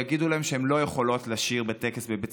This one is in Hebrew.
או יגידו להם שהן לא יכולות לשיר בטקס בבית